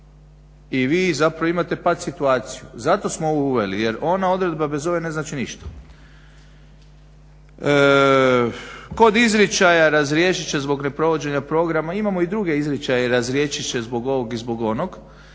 i vi zapravo imate pat situaciju. Zato smo ovo uveli, jer ona odredba bez ove ne znači ništa. Kod izričaja razriješit će zbog neprovođenja programa, imamo i druge izričaje, razriješit će zbog ovog i zbog onog